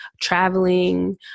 traveling